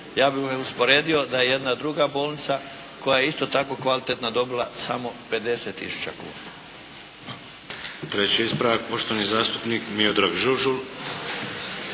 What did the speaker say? ja bih usporedio da jedna druga bolnica koja je isto tako kvalitetna dobila samo 50 tisuća kuna. **Šeks, Vladimir (HDZ)** Treći ispravak poštovani zastupnik Miodrag Žužul.